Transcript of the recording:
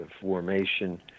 Formation